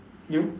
you